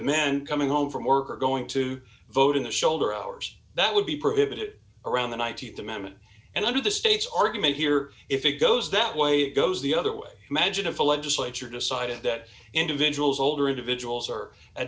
men coming home from work are going to vote in the shoulder hours that would be prohibited around the th amendment and under the state's argument here if it goes that way it goes the other way imagine if the legislature decided that individuals older individuals are at